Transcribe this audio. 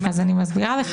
אני מסבירה לך.